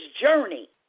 journey